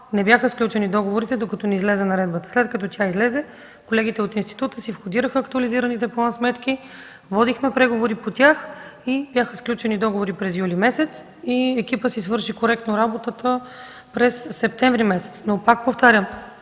не бяха включени средствата, докато не излезе наредбата. След като тя излезе, колегите от института си входираха актуализираните план-сметки, водехме преговори по тях и бяха сключени договори през месец юли. Екипът си свърши коректно работата през месец септември. Пак повтарям